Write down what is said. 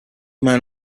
man